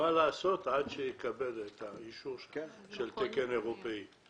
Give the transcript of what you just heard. לעשות עד שיקבל אישור של תקן אירופאי.